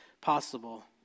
possible